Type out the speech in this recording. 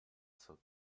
zur